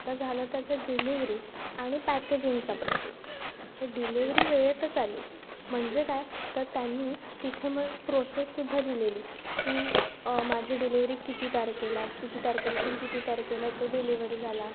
आता झालं त्याचं डिलेवरी आणि पॅकेजिंगचा प्रश्न तर डिलेवरी वेळेतच आली म्हणजे काय तर त्यांनी तिथे म प्रोसेससुद्धा दिलेली की माझी डिलेवरी किती तारखेला किती तारखेपासून किती तारखेला तो डिलिव्हर झाला